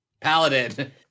Paladin